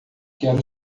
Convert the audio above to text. quero